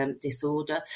disorder